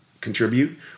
contribute